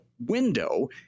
window